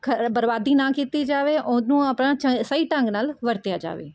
ਖਰ ਬਰਬਾਦੀ ਨਾ ਕੀਤੀ ਜਾਵੇ ਉਹਨੂੰ ਆਪਣਾ ਚ ਸਹੀ ਢੰਗ ਨਾਲ਼ ਵਰਤਿਆ ਜਾਵੇ